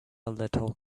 little